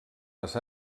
les